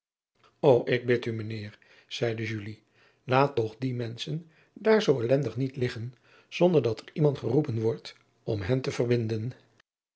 o k bid u mijn eer zeide laat toch die menschen daar zoo ellendig niet liggen zonder dat er iemand geroepen wordt om hen te verbinden